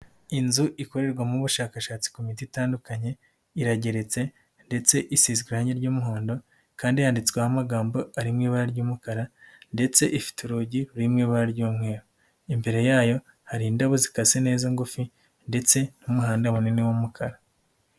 Inzu ikorerwamo ubushakashatsi ku miti itandukanye, irageretse ndetse isise irange ry'umuhondo kandi yanditsweho amagambo ari mu ibara ry'umukara ndetse ifite urugi ruri mu ibara ry'umweru, imbere yayo hari indabo zikase neza ngufi ndetse n'umuhanda munini w'umukara.